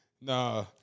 Nah